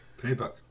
Payback